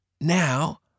now